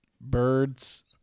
birds